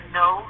no